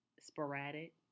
sporadic